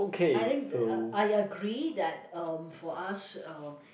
I think the I agree that um for us um